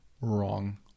wrong